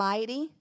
Mighty